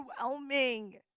overwhelming